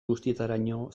guztietaraino